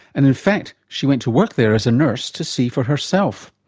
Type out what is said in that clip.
and in fact she went to work there as a nurse to see for herself.